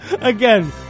Again